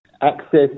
Access